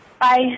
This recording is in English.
Bye